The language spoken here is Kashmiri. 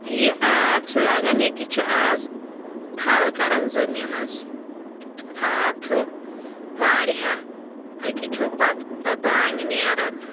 یہِ آب چھُ لگان یکیٛاہ چھُ آز تھل کران زٔمیٖنس آب چھُ واریاہ أکے چھُ پتہٕ تتھ دانہِ نیران